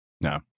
No